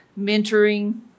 mentoring